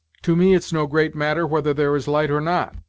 to me it's no great matter whether there is light or not,